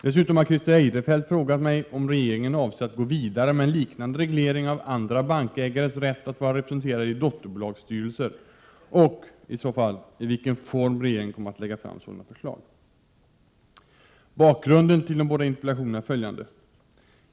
Dessutom har Christer Eirefelt frågat mig om regeringen avser att gå vidare med en liknande reglering av andra bankägares rätt att vara representerade i dotterbolagsstyrelser och — i så fall —i vilken form regeringen kommer att lägga fram sådana förslag. Bakgrunden till de båda interpellationerna är följande.